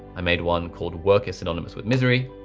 i made one called work is synonymous with misery,